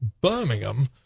Birmingham